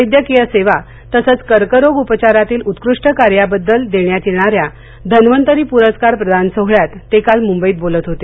वैद्यकीय सेवा तसंच कर्करोग उपचारातील उत्कृष्ट कार्याबद्दल देण्यात येणाऱ्या धन्वंतरी प्रस्कार प्रदान सोहळ्यात ते काल मुंबईत बोलत होते